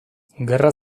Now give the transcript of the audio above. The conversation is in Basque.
gerra